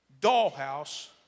dollhouse